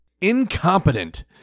Incompetent